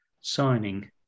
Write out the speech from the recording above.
signing